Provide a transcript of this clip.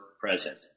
Present